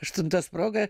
aštuntos proga